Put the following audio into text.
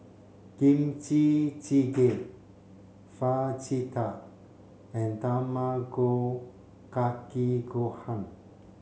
Kimchi Jjigae Fajitas and Tamago kake Gohan